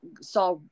saw